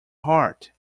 heart